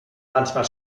manchmal